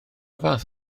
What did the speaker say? fath